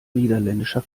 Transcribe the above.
niederländischer